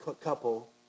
couple